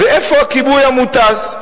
זה איפה הכיבוי המוטס.